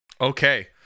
Okay